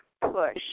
push